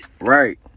Right